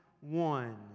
one